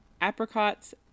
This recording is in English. apricots